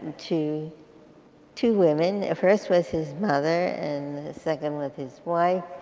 to two women. first was his mother, and the second was his wife.